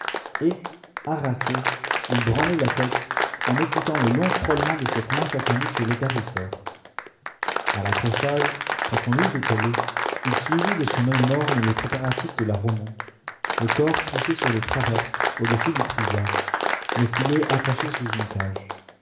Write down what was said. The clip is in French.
et harassé il branlait la tête en écoutant le long frôlement de cette masse attendue chez l'équarrisseur a l'accrochage quand on l'eut dételé il suivit de son oeil morne les préparatifs de la remonte le corps poussé sur des traverses au-dessus du puisard le filet attaché sous une cage